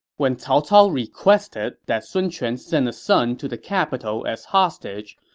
when cao cao requested that sun quan send a son to the capital as hostage,